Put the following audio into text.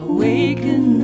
Awaken